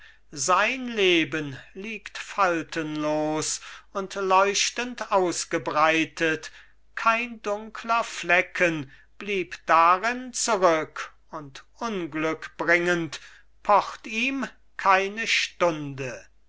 sein leben liegt faltenlos und leuchtend ausgebreitet kein dunkler flecken blieb darin zurück und unglückbringend pocht ihm keine stunde